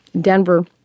Denver